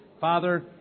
Father